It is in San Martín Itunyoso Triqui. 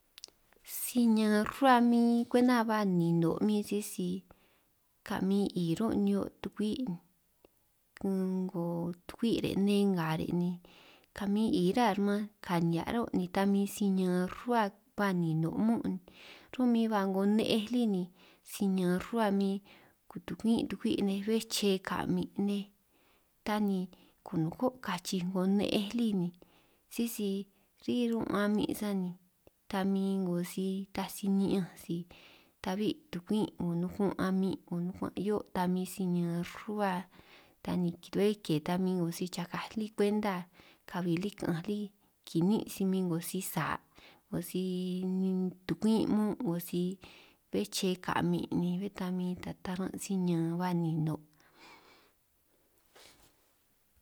Si ñaan rruba min kwenta ba ninun' min sisi ka min 'i ruhuo' ni'hio' tukwi', 'ngo tukwi' re' nne nga re' ni ka min 'i ruhua rman ka nihia' ruhuo' ni ta min si ñaan rruhua ba ni'no' mun', ru'min ba 'ngo ne'ej lí ni si ñaan rruhua min kutukumin tukwi' nej be'é che ka'min nej, ta kunukuo' kachij 'ngo ne'ej lí ni sisi ri' run' a'min' sani, ta min 'ngo si ta si ni'ñanj si ta'bi' tukumin' 'ngo nukuan' a'min' 'ngo nukuan' 'hio' ta min si ña'an rruhua, ta ni bé ke ta min 'ngo si chakaj lí kwenta kabi lí ka'anj lí, kiniin' si min 'ngo si sa' 'ngo si tukwin' muun' 'ngo si be'é che ka'min', ni bé ta min ta taran' si ña'an ba nino'.